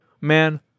man